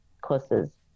courses